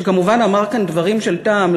שכמובן אמר כאן דברים של טעם,